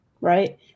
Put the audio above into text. right